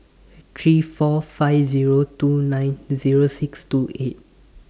three four five two nine six two eight